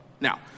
now